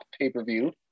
pay-per-view